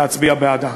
להצביע בעדה.